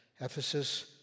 Ephesus